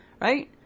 Right